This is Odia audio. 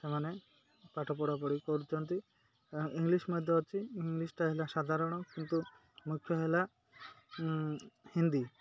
ସେମାନେ ପାଠ ପଢ଼ାପଢ଼ି କରୁଛନ୍ତି ଇଂଲିଶ୍ ମଧ୍ୟ ଅଛି ଇଂଲିଶ୍ଟା ହେଲା ସାଧାରଣ କିନ୍ତୁ ମୁଖ୍ୟ ହେଲା ହିନ୍ଦୀ